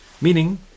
Meaning